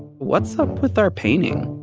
what's up with our painting?